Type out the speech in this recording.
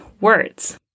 words